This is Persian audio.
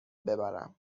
ببرم